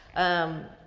um,